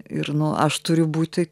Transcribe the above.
ir nu aš turiu būti